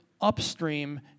upstream